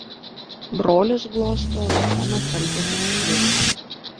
brolis glosto raudoną staltiesės pliušą